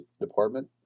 Department